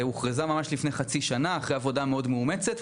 שהוכרזה ממש לפני חצי שנה אחרי עבודה מאוד מאומצת,